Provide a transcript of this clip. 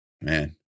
Man